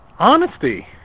Honesty